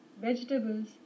vegetables